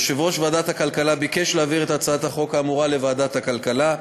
יושב-ראש ועדת הכלכלה ביקש להעביר את הצעת החוק האמורה לוועדת הכלכלה.